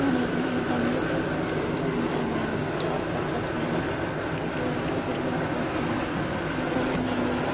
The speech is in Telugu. అనేకమైన పనుల కోసం తిరుగుతూ ఉంటాను నేను జాబ్ పర్పస్ మీద అటు ఇటు తిరగాల్సి వస్తుంది అందువల్ల నేనూ